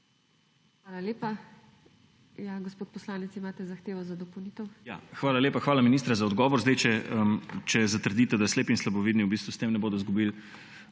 Hvala lepa. Hvala, ministra, za odgovor.